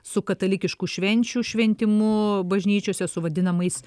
su katalikiškų švenčių šventimu bažnyčiose su vadinamais